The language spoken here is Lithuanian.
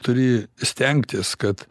turi stengtis kad